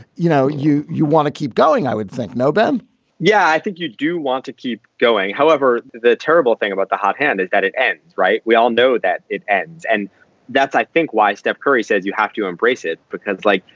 you know, you you want to keep going, i would think. no, ben yeah, i think you do want to keep going. however, the terrible thing about the hot hand is that it ends right. we all know that it ends. and that's, i think, why steph curry said you have to embrace it because like,